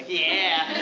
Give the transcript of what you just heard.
yeah!